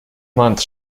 month